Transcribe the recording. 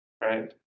Right